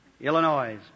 Illinois